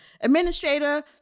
administrator